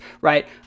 right